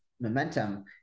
momentum